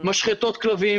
משחטות כלבים,